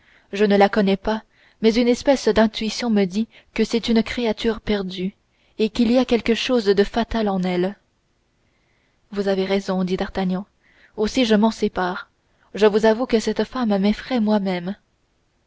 je ne la connais pas mais une espèce d'intuition me dit que c'est une créature perdue et qu'il y a quelque chose de fatal en elle et vous avez raison dit d'artagnan aussi je m'en sépare je vous avoue que cette femme m'effraie moi-même